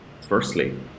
firstly